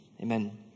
Amen